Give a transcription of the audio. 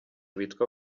bitwa